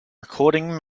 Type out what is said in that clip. recording